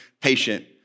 patient